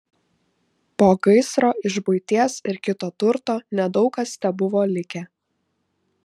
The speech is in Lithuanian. po gaisro iš buities ir kito turto nedaug kas tebuvo likę